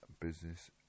business